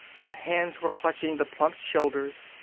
her hands were clutching the plump shoulders,